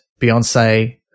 Beyonce